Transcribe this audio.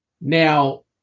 Now